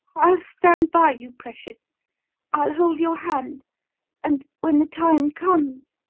i'll stand by you, precious i'll hold your hand and, when the time comes